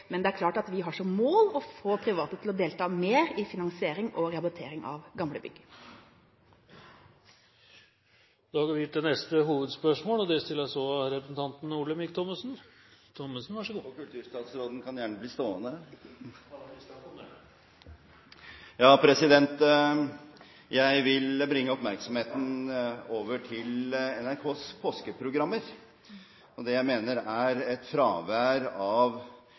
Men det er klart at vi har som mål å få private til å delta mer i finansiering og rehabilitering av gamle bygg. Vi går til neste hovedspørsmål, som også stilles av representanten Olemic Thommessen. Kulturstatsråden kan gjerne bli stående. Jeg hadde en mistanke om det. Jeg vil bringe oppmerksomheten over på NRKs påskeprogrammer og det jeg mener er et fravær av